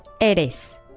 Eres